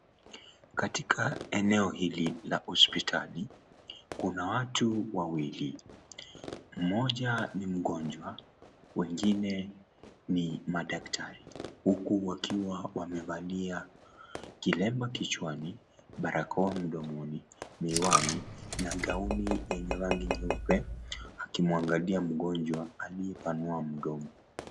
Katika eneo hili la hoapitali, kuna watu wawili. Mmoja ni mgonjwa wengine ni madaktari huku wakiwa wamevalia kilema kichwani, barakoa mdomoni, miwani na gauni yenye rangi nyeupe akimwangalia mgonjwa aliyepanua mdomo.